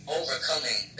overcoming